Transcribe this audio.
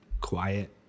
quiet